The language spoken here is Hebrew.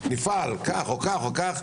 נפעל כך או כך.